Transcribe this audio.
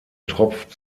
tropft